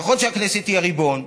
נכון שהכנסת היא הריבון,